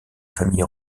famille